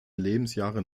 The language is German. lebensjahren